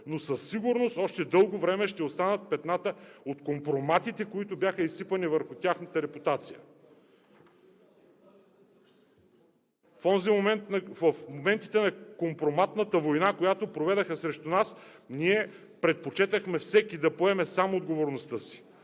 но със сигурност още дълго време ще останат петната от компроматите, които бяха изсипани върху тяхната репутация. В моментите на компроматната война, която проведоха срещу нас, ние предпочетохме всеки да поема сам отговорността си,